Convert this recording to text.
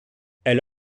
elle